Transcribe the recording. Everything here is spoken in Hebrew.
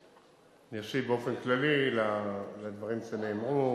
אני אשיב באופן כללי על הדברים שנאמרו.